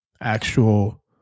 actual